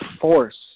force